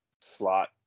slot